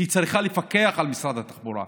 כי היא צריכה לפקח על משרד התחבורה,